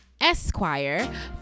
Esquire